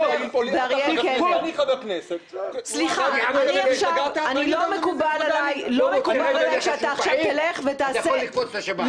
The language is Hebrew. --- לא מקובל עלי שאתה עכשיו תלך ותעשה,